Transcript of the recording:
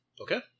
Okay